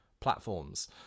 platforms